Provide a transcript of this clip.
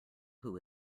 who